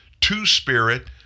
two-spirit